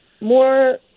more